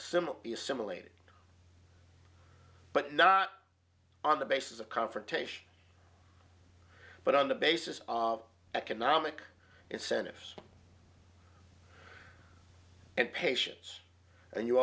be assimilated but not on the basis of confrontation but on the basis of economic incentives and patience and you